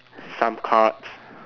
some cards